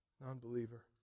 Non-believer